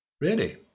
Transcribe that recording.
Really